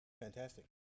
Fantastic